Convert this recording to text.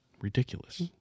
Ridiculous